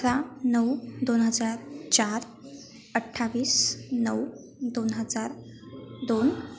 अठरा नऊ दोन हजार चार अठ्ठावीस नऊ दोन हजार दोन